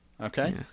okay